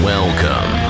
Welcome